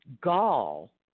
gall